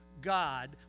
God